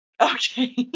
Okay